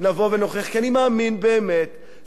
כי אני מאמין באמת שבוודאי,